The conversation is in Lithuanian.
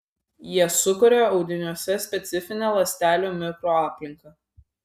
jie sukuria audiniuose specifinę ląstelių mikroaplinką